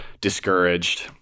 discouraged